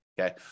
okay